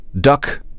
duck